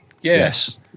Yes